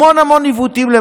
המון המון עיוותים.